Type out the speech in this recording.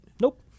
Nope